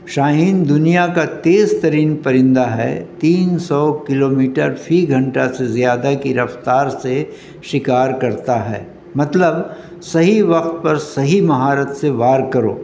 شاہین دنیا کا تیز ترین پرندہ ہے تین سو کلو میٹر فی گھنٹہ سے زیادہ کی رفتار سے شکار کرتا ہے مطلب صحیح وقت پر صحیح مہارت سے وار کرو